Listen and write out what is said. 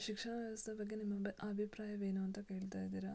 ಶಿಕ್ಷಣ ವ್ಯವಸ್ಥೆ ಬಗ್ಗೆ ನಿಮ್ಮ ಬ ಅಭಿಪ್ರಾಯವೇನು ಅಂತ ಕೇಳ್ತಾ ಇದೀರ